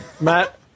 Matt